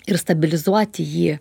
ir stabilizuoti jį